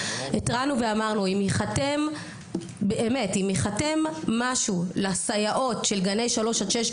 התרענו ואמרנו אם ייחתם משהו לסייעות של גני שלוש עד שש,